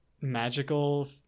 magical